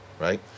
right